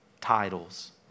titles